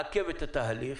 לעכב את התהליך,